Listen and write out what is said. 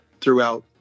throughout